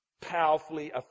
powerfully